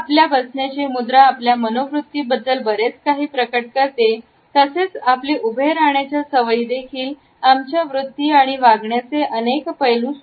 जर आपल्या बसण्याची मुद्रा आपल्या मनोवृत्तींबद्दल बरेच काही प्रकट करते तसेच आपली उभे राहण्याचा सवय देखील आमच्या वृत्ती आणि वागण्याचे अनेक पैलू